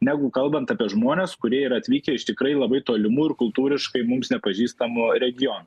negu kalbant apie žmones kurie yra atvykę iš tikrai labai tolimų ir kultūriškai mums nepažįstamų regionų